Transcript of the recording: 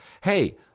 Hey